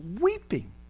weeping